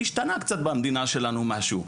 כי השתנה קצת במדינה שלנו משהו.